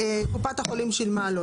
שקופת החולים שילמה לו.